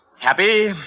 Happy